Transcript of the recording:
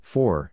four